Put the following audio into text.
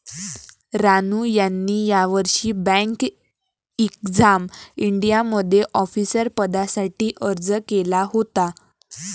रानू यांनी यावर्षी bank exam इंडियामध्ये ऑफिसर पदासाठी अर्ज केला होता